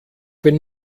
wenn